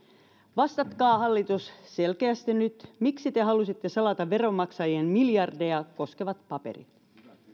vastatkaa hallitus selkeästi nyt miksi te halusitte salata veronmaksajien miljardeja koskevat paperit